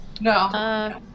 No